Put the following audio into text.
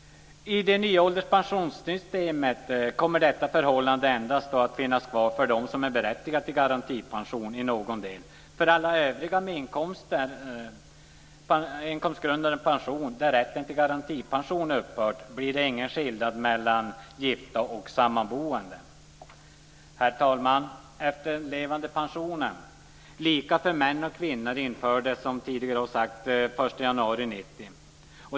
I det nya ålderspensionssystemet kommer detta förhållande endast att finnas kvar för dem som är berättigade till garantipension i någon del. För alla övriga med inkomstgrundad pension, där rätten till garantipension upphört, blir det ingen skillnad mellan gifta och sammanboende. Herr talman! Efterlevandepensionen, lika för män och kvinnor, infördes som tidigare har sagts den 1 januari 1990.